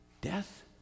death